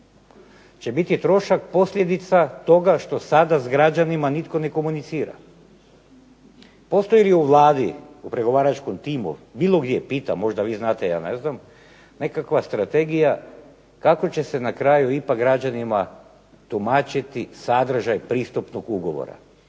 će biti trošak posljedica toga što sada s građanima nitko ne komunicira. Postoji li u Vladi, u pregovaračkom timu, bilo gdje, pitam, možda vi znate, ja ne znam, nekakva strategija kako će se na kraju ipak građanima tumačiti sadržaj pristupnog ugovora?